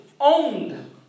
owned